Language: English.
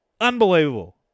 Unbelievable